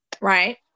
right